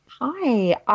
hi